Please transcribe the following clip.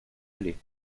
aller